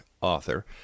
author